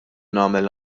nagħmel